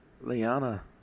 Liana